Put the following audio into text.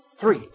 Three